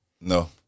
No